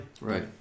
right